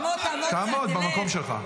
תעמוד במקום שלך.